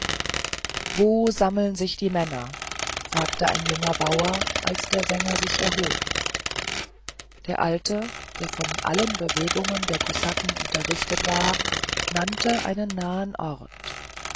wo sammeln sich die männer fragte ein junger bauer als der sänger sich erhob der alte der von allen bewegungen der kosaken unterrichtet war nannte einen nahen ort